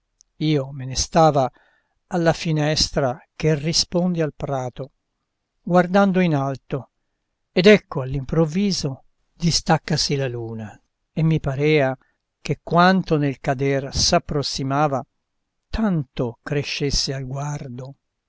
io me ne stava alla finestra che risponde al prato guardando in alto ed ecco all'improvviso distaccasi la luna e mi parea che quanto nel cader s'approssimava tanto crescesse al guardo